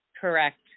Correct